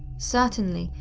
certainly,